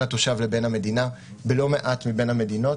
התושב לבין המדינה בלא מעט מבין המדינות.